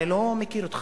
אני לא מכיר אותך.